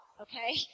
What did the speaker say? okay